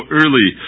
early